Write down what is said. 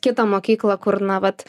kitą mokyklą kur na vat